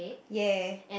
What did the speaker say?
ya